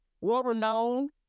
world-renowned